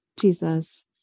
Jesus